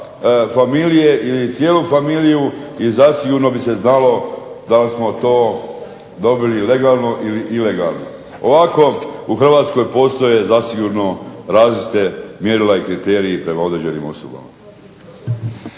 familije ili cijelu familiju i zasigurno bi se znalo da li smo to dobili legalno ili ilegalno. Ovako u Hrvatskoj postoje zasigurno različita mjerila i kriteriji prema određenim osobama.